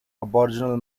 aboriginal